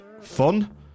fun